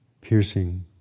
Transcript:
piercing